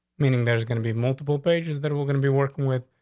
meaning there's gonna be multiple pages that we're gonna be working with.